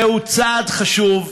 זהו צעד חשוב,